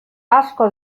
asko